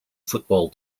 football